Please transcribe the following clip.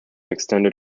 extended